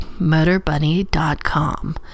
MotorBunny.com